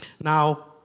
Now